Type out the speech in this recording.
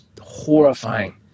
horrifying